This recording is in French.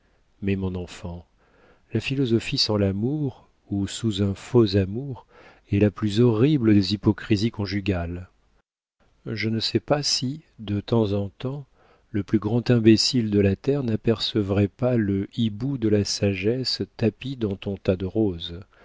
mais mon enfant la philosophie sans l'amour ou sous un faux amour est la plus horrible des hypocrisies conjugales je ne sais pas si de temps en temps le plus grand imbécile de la terre n'apercevrait pas le hibou de la sagesse tapi dans ton tas de roses